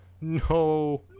No